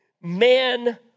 man